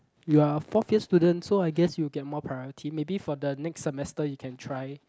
you're fourth year student so I guess you get more priority maybe for the next semester you can try